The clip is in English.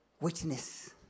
witness